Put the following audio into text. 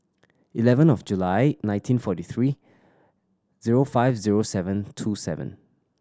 eleven of July nineteen forty three zero five zero seven two seven